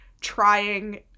trying